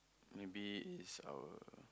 maybe is our